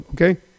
Okay